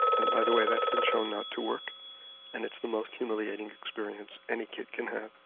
and by the way that's been shown not to work and it's the most humiliating experience any kid can have.